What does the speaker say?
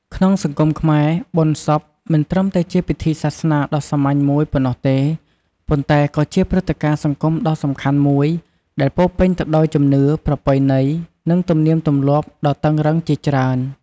ក្នុងសង្គមខ្មែរ បុណ្យសពមិនត្រឹមតែជាពិធីសាសនាដ៏សាមញ្ញមួយប៉ុណ្ណោះទេ ប៉ុន្តែក៏ជាព្រឹត្តិការណ៍សង្គមដ៏សំខាន់មួយ ដែលពោរពេញទៅដោយជំនឿ ប្រពៃណី និងទំនៀមទម្លាប់ដ៏តឹងរ៉ឹងជាច្រើន។